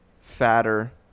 fatter